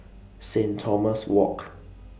Saint Thomas Walk